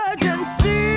emergency